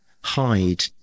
hide